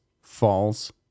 false